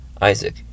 Isaac